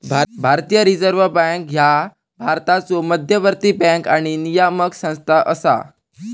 भारतीय reserve bank ह्या भारताचो मध्यवर्ती बँक आणि नियामक संस्था असा